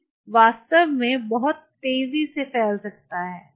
पानी वास्तव में बहुत तेजी से फैल सकता है